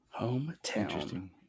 Hometown